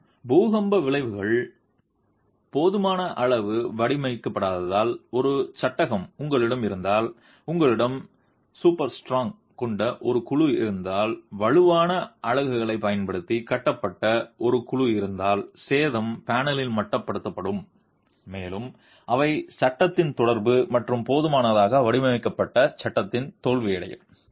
இருப்பினும் பூகம்ப விளைவுக்கு போதுமான அளவு வடிவமைக்கப்படாத ஒரு சட்டகம் உங்களிடம் இருந்தால் உங்களிடம் சூப்பர் ஸ்ட்ராங் கொண்ட ஒரு குழு இருந்தால் வலுவான அலகுகளைப் பயன்படுத்தி கட்டப்பட்ட ஒரு குழு இருந்தால் சேதம் பேனலில் மட்டுப்படுத்தப்படும் மேலும் அவை சட்டத்தின் தொடர்பு மற்றும் போதுமானதாக வடிவமைக்கப்பட்ட சட்டகம் தோல்வியடையும்